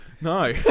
no